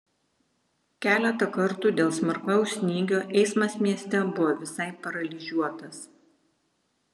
keletą kartų dėl smarkaus snygio eismas mieste buvo visai paralyžiuotas